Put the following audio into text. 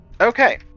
Okay